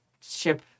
ship